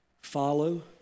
Follow